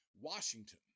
Washington